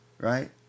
Right